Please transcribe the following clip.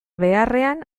beharrean